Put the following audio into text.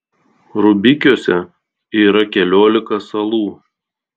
rubikiuose yra keliolika salų